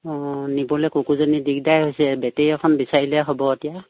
অঁ নিবলৈ কুকুৰজনী দিগদাৰে হৈছে বেটেৰী এখন বিচাৰিলে হ'ব এতিয়া